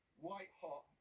white-hot